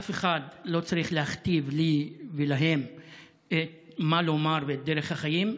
אף אחד לא צריך להכתיב לי ולהם מה לומר ואת דרך החיים.